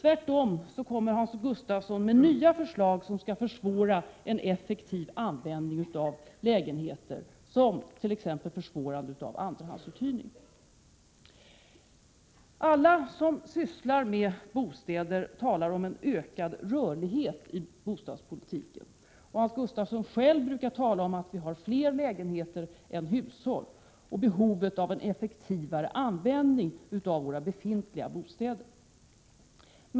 Hans Gustafsson kommer tvärtom med nya förslag som skall försvåra en effektiv användning av lägenheterna. Det gäller t.ex. försvårandet av andrahandsuthyrning. Alla som sysslar med bostäder talar om en ökad rörlighet i bostadspolitiken. Hans Gustafsson brukar själv tala om att vi har fler lägenheter än hushåll och om behovet av en effektivare användning av våra befintliga bostäder.